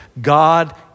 God